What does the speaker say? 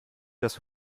dass